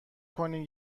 کنیم